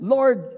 Lord